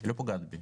היא לא פוגעת בי.